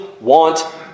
want